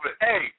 Hey